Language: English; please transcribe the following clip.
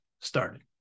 started